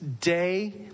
day